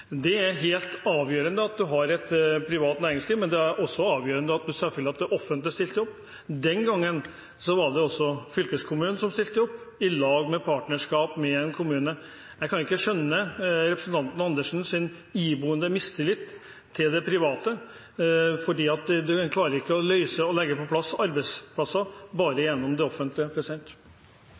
Det er helt avgjørende at en har et privat næringsliv, men det er selvfølgelig også avgjørende at det offentlige stiller opp. Den gangen stilte også fylkeskommunen opp, i partnerskap med kommunen. Jeg kan ikke skjønne representanten Andersens iboende mistillit til det private, for en klarer ikke å løse det å få på plass arbeidsplasser bare gjennom det offentlige.